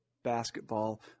basketball